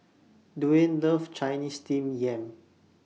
Dwaine loves Chinese Steamed Yam